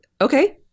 Okay